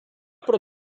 про